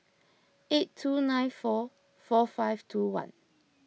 eight two nine four four five two one